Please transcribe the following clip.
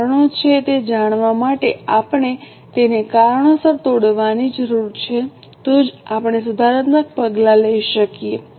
તે કારણો છે તે જાણવા માટે આપણે તેને કારણોસર તોડવાની જરૂર છે તો જ આપણે સુધારાત્મક પગલાં લઈ શકીએ